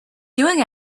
doing